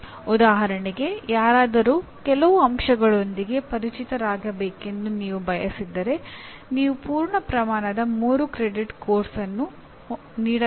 ಉದಾಹರಣೆಗೆ ಯಾರಾದರೂ ಕೆಲವು ಅಂಶಗಳೊಂದಿಗೆ ಪರಿಚಿತರಾಗಿರಬೇಕೆಂದು ನೀವು ಬಯಸಿದರೆ ನೀವು ಪೂರ್ಣ ಪ್ರಮಾಣದ 3 ಕ್ರೆಡಿಟ್ ಪಠ್ಯಕ್ರಮವನ್ನು ನೀಡಬೇಕಾಗಿಲ್ಲ